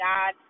God